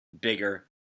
bigger